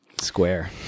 Square